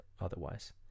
otherwise